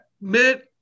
mid